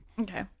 Okay